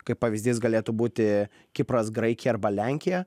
kaip pavyzdys galėtų būti kipras graikija arba lenkija